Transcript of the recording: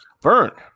Burn